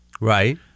Right